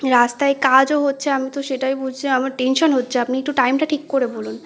রাস্তায় কাজও হচ্ছে আমি তো সেটাই বুঝছি আমার টেনশান হচ্ছে আপনি একটু টাইমটা ঠিক করে বলুন